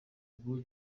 ubu